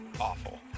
awful